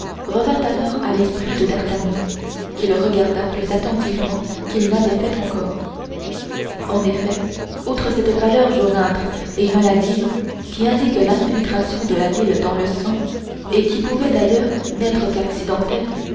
revint alors à l'esprit de d'artagnan qui le regarda plus attentivement qu'il n'avait fait encore en effet outre cette pâleur jaunâtre et maladive qui indique l'infiltration de la bile dans le sang et qui pouvait d'ailleurs n'être qu'accidentelle